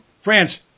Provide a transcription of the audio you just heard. France